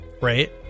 right